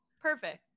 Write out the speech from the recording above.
Perfect